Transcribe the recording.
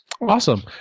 Awesome